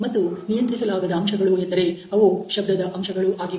ಮತ್ತು ನಿಯಂತ್ರಿಸಲಾಗದ ಅಂಶಗಳು ಎಂದರೆ ಅವು ಶಬ್ದದ ಅಂಶಗಳು ಆಗಿವೆ